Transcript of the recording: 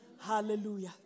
Hallelujah